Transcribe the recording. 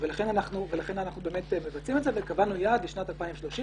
לכן אנחנו באמת מבצעים את זה וקבענו יעד לשנת 2030,